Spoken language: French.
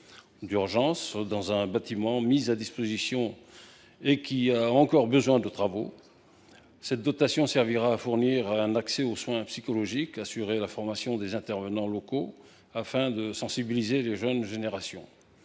d’urgence dans un bâtiment mis à disposition qui a encore besoin de travaux. Cette dotation servira de surcroît à fournir un accès à des soins psychologiques et à assurer la formation des intervenants locaux, afin de sensibiliser les jeunes générations.